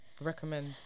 Recommend